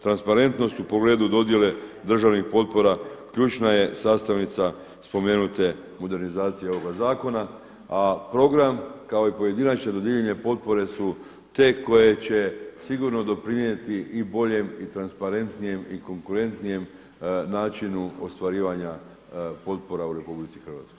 Transparentnost u pogledu dodjele državnih potpora ključna je sastavnica spomenute modernizacije ovoga zakona a program kao i pojedinačno dodjeljivanje potpore su te koje će sigurno doprinijeti i boljem i transparentnijem i konkurentnijem načinu ostvarivanja potpora u RH.